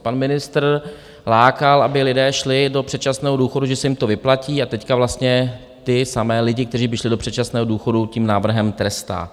Pan ministr lákal, aby lidé šli do předčasného důchodu, že se jim to vyplatí, a teď vlastně ty samé lidi, kteří by šli do předčasného důchodu, tím návrhem trestá.